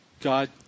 God